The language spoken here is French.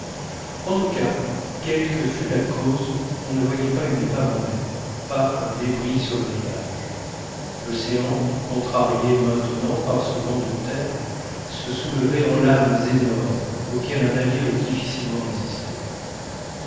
en tout cas quelle que fût la cause on ne voyait pas une épave en mer pas un débris sur le rivage l'océan contrarié maintenant par ce vent de terre se soulevait en lames énormes auxquelles un navire eût difficilement résisté